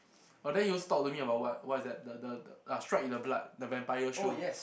oh then he also talk to me about what what is that the the ah strike in the blood the vampire show